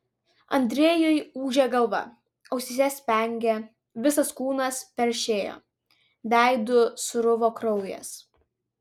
andrejui ūžė galva ausyse spengė visas kūnas peršėjo veidu sruvo kraujas